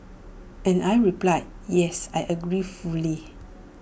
and I reply yes I agree fully